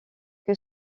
que